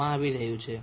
6 છે